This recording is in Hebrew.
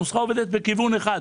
הנוסחה עובדת בכיוון אחד.